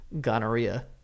gonorrhea